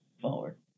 forward